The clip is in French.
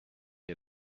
est